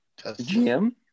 GM